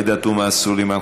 עאידה תומא סלימאן,